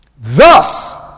Thus